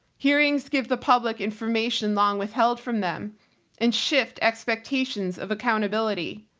hearings give the public information long withheld from them and shifts expectations of accountability.